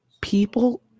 people